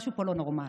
משהו פה לא נורמלי.